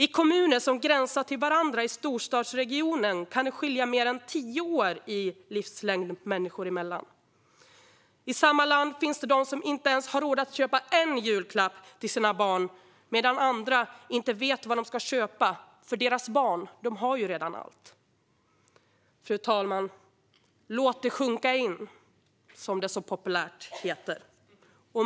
I kommuner som gränsar till varandra i storstadsregionen kan det skilja mer än tio år i livslängd människor emellan. I samma land finns det de som inte ens har råd att köpa en julklapp till sina barn medan andra inte vet vad de ska köpa, för deras barn har ju redan allt. Fru talman! Låt det sjunka in, som det så populärt heter.